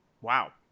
wow